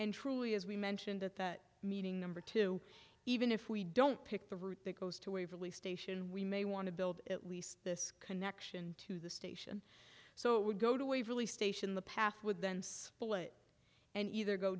and truly as we mentioned at that meeting number two even if we don't pick the route that goes to waverly station we may want to build at least this connection to the station so it would go to waverly station the path would then split and either go